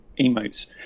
emotes